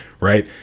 Right